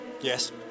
Yes